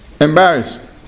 Embarrassed